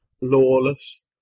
Lawless